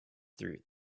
through